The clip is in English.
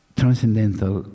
transcendental